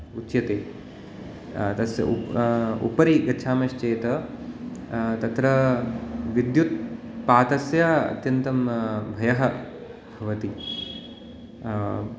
उच्यते तस्य उपरि गच्छामश्चेत् तत्र विद्युत्पातस्य अत्यन्तं भयः भवति